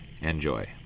Enjoy